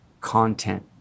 content